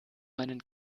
meinen